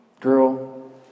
Girl